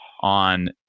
on